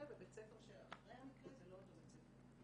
ובית ספר של אחרי המקרה זה לא אותו בית ספר.